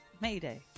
Mayday